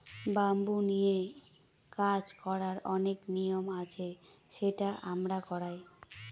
bamboo নিয়ে কাজ করার অনেক নিয়ম আছে সেটা আমরা করায়